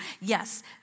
yes